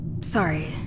Sorry